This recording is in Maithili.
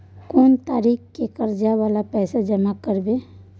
कोन तारीख के कर्जा वाला पैसा जमा करबे?